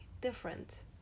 different